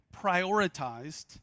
prioritized